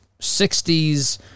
60s